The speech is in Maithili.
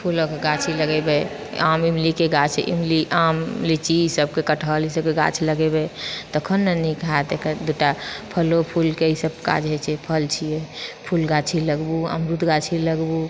फूलक गाछी लगेबै आम इमलीके गाछ इमली आम लीची ई सभ कटहल ई सभके गाछ लगेबै तखन ने नीक हैत एकर दूटा फलो फुलके ई सभ काज होइ छै फल छियै फूल गाछी लगबू अमरूद गाछी लगबू